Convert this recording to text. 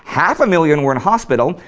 half a million were in hospital,